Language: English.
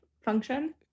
function